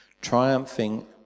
triumphing